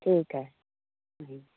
ठीक है आइए